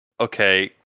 Okay